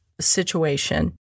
situation